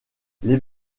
les